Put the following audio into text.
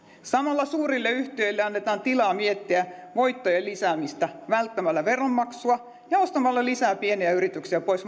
samalla suurille yhtiöille annetaan tilaa miettiä voittojen lisäämistä välttämällä veronmaksua ja ostamalla lisää pieniä yrityksiä pois